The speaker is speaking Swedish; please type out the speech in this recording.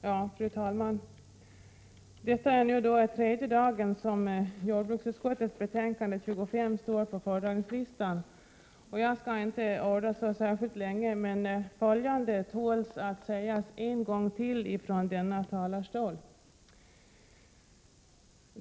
Fru talman! Detta är tredje dagen som jordbruksutskottets betänkande 25 fer na står på föredragningslistan. Jag skall inte orda särskilt länge, men följande tål att sägas ytterligare en gång från denna talarstol.